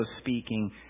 speaking